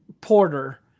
Porter